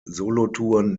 solothurn